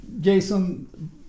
Jason